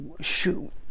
shoot